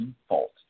default